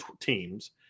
teams